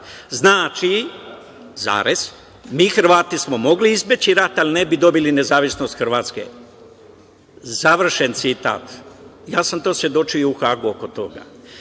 Znači, mi Hrvati smo mogli izbeći rat, ali ne bi dobili nezavisnost Hrvatske“, završen citat. Ja sam svedočio u Hagu oko toga.